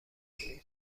این